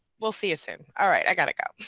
we'll see you soon. alright, i gotta go.